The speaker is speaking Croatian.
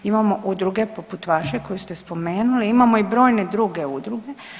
Imamo udruge, poput vaše, koju ste spomenuli, imamo i brojne druge udruge.